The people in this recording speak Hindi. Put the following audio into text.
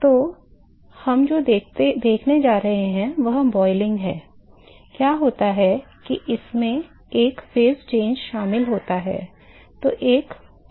तो हम जो देखने जा रहे हैं वह क्वथन है क्या होता है कि इसमें एक चरण परिवर्तन शामिल होता है